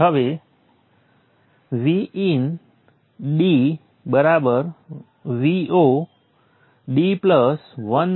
હવે dVod છે